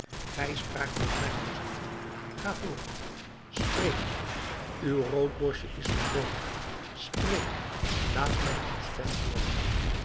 gij spraakt tot mij cosette ga voort spreek nog uw roodborstje is dan dood spreek laat mij uw stem hooren